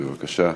בבקשה.